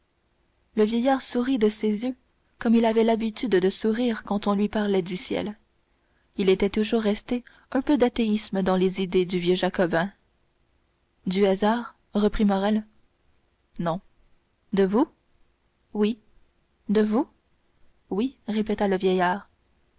le vieillard sourit des yeux comme il avait l'habitude de sourire quand on lui parlait du ciel il était toujours resté un peu d'athéisme dans les idées du vieux jacobin du hasard reprit morrel non de vous oui de vous oui répéta le vieillard